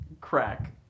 crack